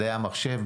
מדעי המחשב,